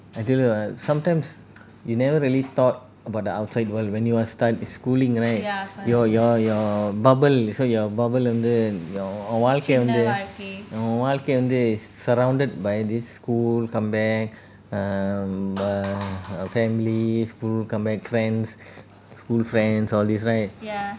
I tell you uh sometimes you never really thought about the outside world when you are stud~ schooling right your your your bubble so your bubble வாழ்க்கை வந்து:vazhgai vanthu surrounded by this school come back um err family school come back friends school friends all these right